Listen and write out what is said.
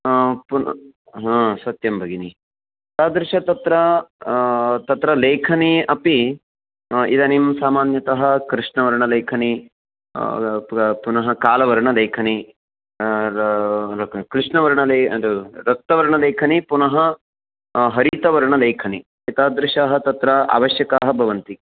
पुनः हा सत्यं भगिनी तादृशाः तत्र तत्र लेखनी अपि इदानीं सामान्यतः कृष्णवर्णलेखनी पुनः कालवर्णलेखनी कृष्णवर्णलेखनी रक्तवर्णलेखनी पुनः हरितवर्णलेखनी एतादृशाः तत्र आवश्यकाः भवन्ति